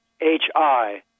H-I